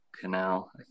canal